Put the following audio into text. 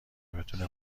بتونه